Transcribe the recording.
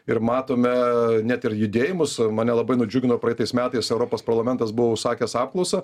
ir matome net ir judėjimus mane labai nudžiugino praeitais metais europos parlamentas buvo užsakęs apklausą